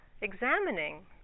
examining